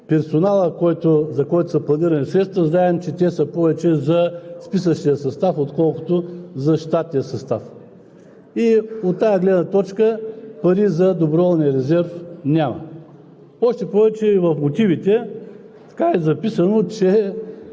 Аз считам, че не е сериозно всичко да става за сметка на бюджета на Министерството на отбраната, тъй като в персонала, за който са планирани средства, знаем, че те са повече за списъчния състав, отколкото за щатния състав